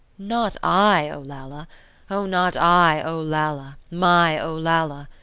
not i, olalla o, not i, olalla, my olalla!